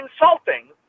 insulting